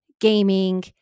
gaming